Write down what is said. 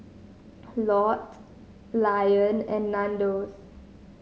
Lotte Lion and Nandos